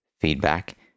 feedback